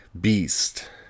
Beast